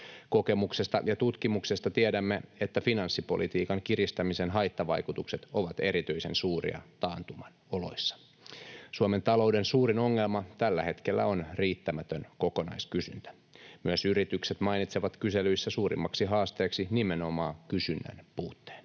Kokemuksesta ja tutkimuksesta tiedämme, että finanssipolitiikan kiristämisen haittavaikutukset ovat erityisen suuria taantuman oloissa. Suomen talouden suurin ongelma tällä hetkellä on riittämätön kokonaiskysyntä. Myös yritykset mainitsevat kyselyissä suurimmaksi haasteeksi nimenomaan kysynnän puutteen.